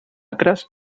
acres